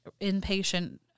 inpatient